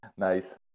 Nice